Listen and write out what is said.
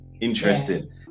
interesting